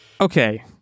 Okay